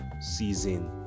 Season